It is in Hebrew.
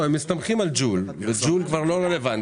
הם מסתמכים על ג'ול, אבל ג'ול כבר לא רלוונטי.